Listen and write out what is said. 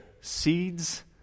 seeds